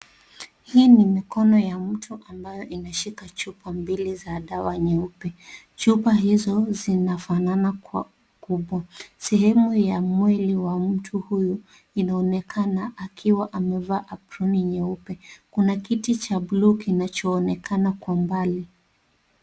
Hii ni mkono ya mtu ambayo imeshika chupa mbili za dawa nyeupe. Chupa hizo zinafanana kwa ukubwa. Sehemu ya mwili wa mtu huyu inaonekana akiwa amevaa aproni nyeupe. Kuna kitu cha bluu kinachoonekana kwa umbali.